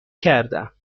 کردم